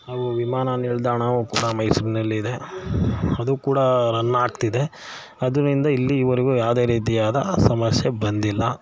ಹಾಗೂ ವಿಮಾನ ನಿಲ್ದಾಣವು ಕೂಡ ಮೈಸೂರಿನಲ್ಲಿದೆ ಅದು ಕೂಡ ರನ್ನಾಗ್ತಿದೆ ಅಂದಿನಿಂದ ಇಲ್ಲಿವರೆಗೂ ಯಾವುದೇ ರೀತಿಯಾದ ಸಮಸ್ಯೆ ಬಂದಿಲ್ಲ